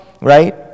right